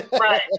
right